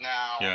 now